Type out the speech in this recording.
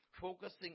focusing